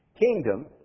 Kingdom